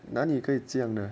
哪里可以这样的